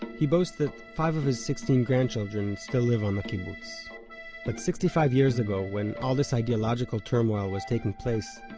he boasts that five of his sixteen grandchildren still live on the kibbutz but sixty-five years ago, when all this ideological turmoil was taking place,